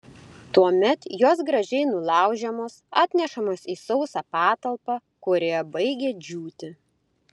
tuomet jos gražiai nulaužiamos atnešamos į sausą patalpą kurioje baigia džiūti